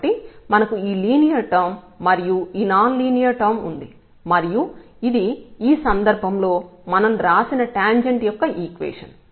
కాబట్టి మనకు ఈ లీనియర్ టర్మ్ మరియు ఈ నాన్ లీనియర్ టర్మ్ ఉంది మరియు ఇది ఈ సందర్భంలో మనం రాసిన టాంజెంట్ యొక్క ఈక్వేషన్